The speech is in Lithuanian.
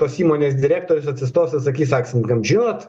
tos įmonės direktorius atsistos atsakys akcininkam žinot